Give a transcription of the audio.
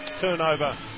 Turnover